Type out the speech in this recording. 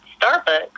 Starbucks